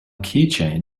keychain